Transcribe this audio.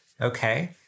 Okay